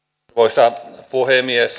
arvoisa puhemies